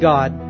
God